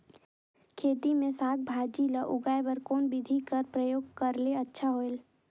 खेती मे साक भाजी ल उगाय बर कोन बिधी कर प्रयोग करले अच्छा होयल?